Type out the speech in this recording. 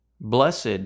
Blessed